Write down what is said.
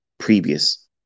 Previous